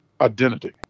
identity